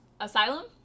Asylum